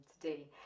today